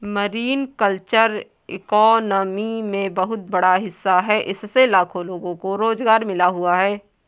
marine culture economy में बहुत बड़ा हिस्सा है इससे लाखों लोगों को रोज़गार मिल हुआ है